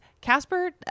Casper